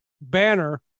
banner